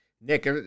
Nick